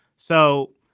so,